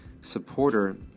supporter